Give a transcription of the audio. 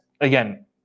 again